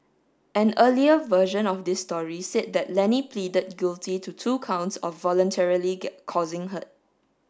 an earlier version of this story said that Lenny pleaded guilty to two counts of voluntarily causing hurt